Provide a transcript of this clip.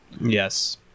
Yes